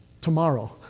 tomorrow